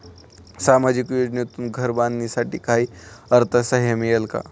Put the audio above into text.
सामाजिक योजनेतून घर बांधण्यासाठी काही अर्थसहाय्य मिळेल का?